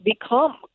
become